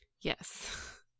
Yes